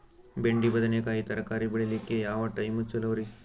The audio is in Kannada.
ಬೆಂಡಿ ಬದನೆಕಾಯಿ ತರಕಾರಿ ಬೇಳಿಲಿಕ್ಕೆ ಯಾವ ಟೈಮ್ ಚಲೋರಿ?